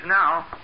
now